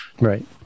Right